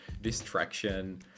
distraction